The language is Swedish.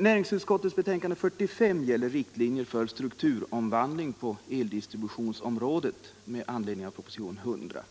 Näringsutskottets betänkande nr 45 gäller riktlinjer för strukturomvandling på eldistributionsområdet med anledning av propositionen 100.